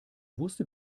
wusste